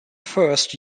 first